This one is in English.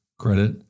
credit